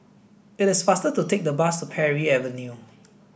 it is faster to take the bus to Parry Avenue